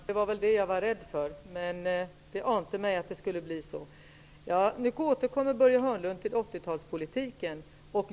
Herr talman! Det var det jag var rädd för. Det ante mig att det skulle bli så. Nu återkommer Börje Hörnlund till 80 talspolitiken.